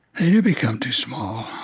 yeah become too small,